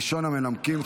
ראשון המנמקים,